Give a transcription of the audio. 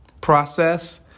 process